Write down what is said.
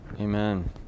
Amen